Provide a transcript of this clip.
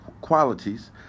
qualities